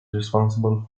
responsible